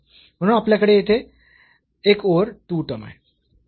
म्हणून आपल्याकडे येथे एक ओव्हर 2 टर्म आहेत